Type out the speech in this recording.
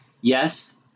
yes